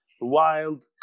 wild